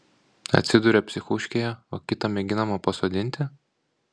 atsiduria psichuškėje o kitą mėginama pasodinti